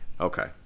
Okay